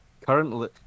currently